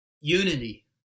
Unity